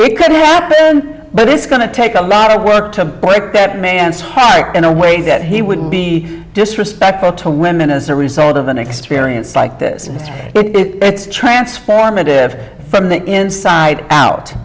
it could happen but it's going to take a lot of work to break that man's heart in a way that he wouldn't be disrespectful to women as a result of an experience like this it transformative from the inside out